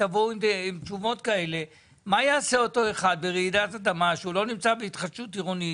מה יעשה אותו אחד ברעידת אדמה שלא נמצא בהתחדשות עירונית?